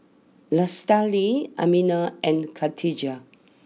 Lestari Aminah and Khatijah